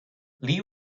lee